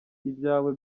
ibyawe